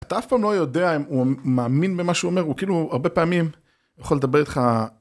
אתה אף פעם לא יודע אם הוא מאמין במה שהוא אומר, הוא כאילו הרבה פעמים יכול לדבר איתך...